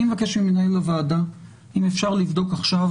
אני מבקש ממנהל הוועדה אם אפשר לבדוק עכשיו